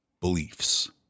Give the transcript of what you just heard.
beliefs